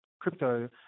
crypto